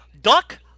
duck